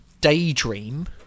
Daydream